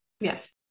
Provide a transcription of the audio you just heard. Yes